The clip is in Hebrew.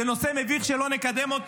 זה נושא מביך שלא נקדם.